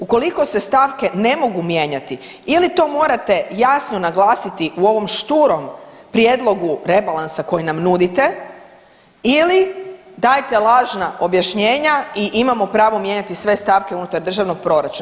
Ukoliko se stavke ne mogu mijenjati ili to morate jasno naglasiti u ovom šturom prijedlogu rebalansa koji nam nudite ili dajte lažna objašnjenja i imamo pravo mijenjati sve stavke unutar državnog proračuna.